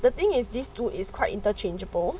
the thing is this too is quite interchangeable